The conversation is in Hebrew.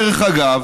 דרך אגב,